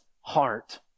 heart